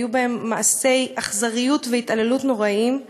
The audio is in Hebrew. והיו בהן מעשי אכזריות והתעללות נוראיים,